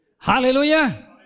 Hallelujah